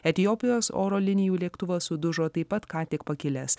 etiopijos oro linijų lėktuvas sudužo taip pat ką tik pakilęs